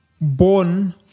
born